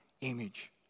image